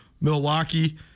Milwaukee